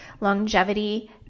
longevity